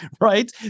right